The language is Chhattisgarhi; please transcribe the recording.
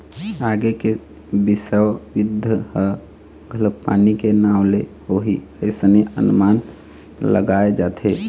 आगे के बिस्व युद्ध ह घलोक पानी के नांव ले होही अइसने अनमान लगाय जाथे